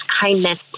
kindness